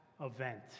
event